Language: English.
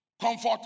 Comfort